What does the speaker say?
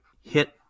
hit